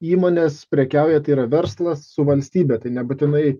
įmonės prekiauja tai yra verslas su valstybe tai nebūtinai